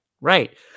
Right